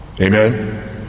amen